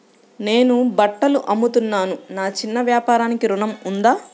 నేను బట్టలు అమ్ముతున్నాను, నా చిన్న వ్యాపారానికి ఋణం ఉందా?